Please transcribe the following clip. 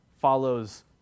follows